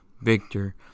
victor